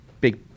big